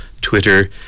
Twitter